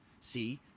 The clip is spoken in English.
See